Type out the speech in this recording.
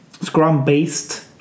Scrum-based